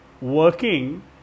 working